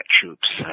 troops